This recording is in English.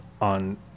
on